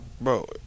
Bro